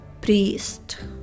priest